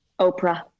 Oprah